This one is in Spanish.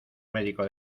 médico